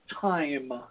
Time